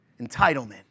Entitlement